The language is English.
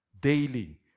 Daily